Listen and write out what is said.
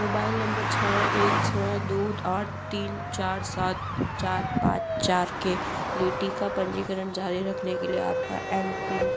mobile number छ एक छ दो आठ तीन चार सात चार पाँच चार के लिए टीका पंजीकरण जारी रखने के लिए आपका एम पिन